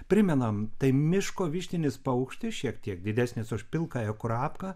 primenam tai miško vištinis paukštis šiek tiek didesnis už pilkąją kurapką